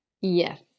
Yes